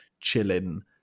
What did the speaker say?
chilling